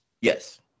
Yes